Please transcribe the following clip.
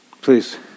Please